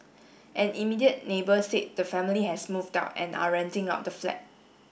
an immediate neighbour said the family has moved down and are renting out the flat